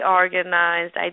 organized